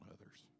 others